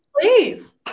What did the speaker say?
Please